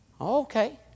Okay